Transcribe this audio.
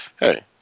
hey